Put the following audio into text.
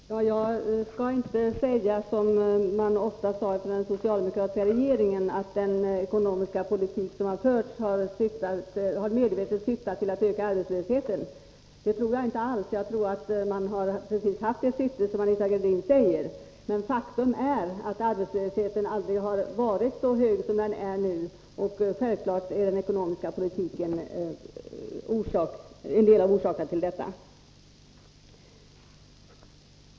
Fru talman! Jag skall inte säga som man ofta sade från socialdemokratiskt håll, att den ekonomiska politik som förts medvetet syftat till att öka arbetslösheten. Det tror jag inte alls. Jag tror att man haft exakt det syfte som Anita Gradin säger. Men faktum är att arbetslösheten aldrig varit så hög som den är nu, och den ekonomiska politiken är en del av orsaken till detta.